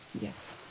Yes